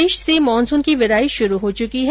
प्रदेश से मानसून की विदाई शुरू हो चुकी है